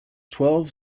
twelve